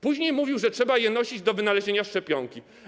Później mówił, że trzeba je nosić do wynalezienia szczepionki.